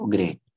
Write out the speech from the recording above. Great